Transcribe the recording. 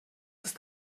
ist